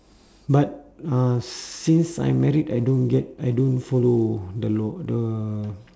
but uh since I married I don't get I don't follow the law the